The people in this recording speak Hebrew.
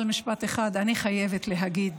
אבל משפט אחד אני חייבת להגיד: